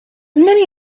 many